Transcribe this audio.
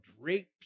drapes